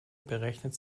berechnet